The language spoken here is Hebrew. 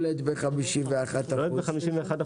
אין תיאום מחירים, יש תיאום אי הגעה.